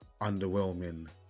underwhelming